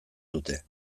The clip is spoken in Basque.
dute